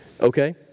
Okay